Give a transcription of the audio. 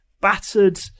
battered